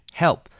help